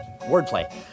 Wordplay